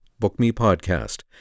BookMePodcast